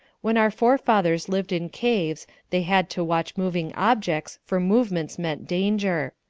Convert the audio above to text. when our forefathers lived in caves they had to watch moving objects, for movements meant danger.